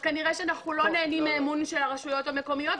אז כנראה שאנחנו לא נהנים מאמון הרשויות המקומיות,